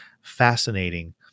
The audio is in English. fascinating